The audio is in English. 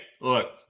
look